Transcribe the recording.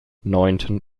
neunten